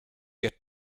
get